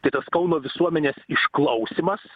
tai tas kauno visuomenės išklausymas